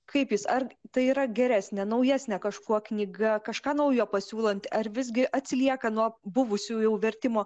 kaip jis ar tai yra geresnė naujesnė kažkuo knyga kažką naujo pasiūlanti ar visgi atsilieka nuo buvusiųjų vertimo